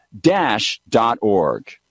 Dash.org